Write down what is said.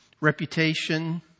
reputation